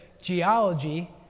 geology